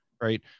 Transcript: right